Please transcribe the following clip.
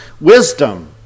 wisdom